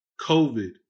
COVID